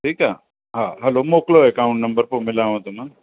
ठीकु आहे हा हलो मोकिलियो अकाऊंट नम्बर पोइ मिलांव थो न